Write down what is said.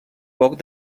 poc